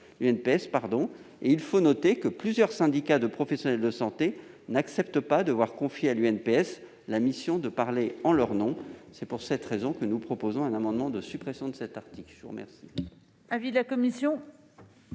Il faut noter que plusieurs syndicats de professionnels de santé n'acceptent pas de confier à l'UNPS la mission de parler en leur nom. C'est pour cette raison que nous proposons un amendement de suppression de cet article. Quel